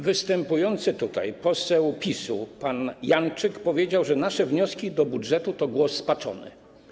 Występujący tutaj poseł PiS pan Janczyk powiedział, że nasze wnioski dotyczące budżetu to głos spaczony.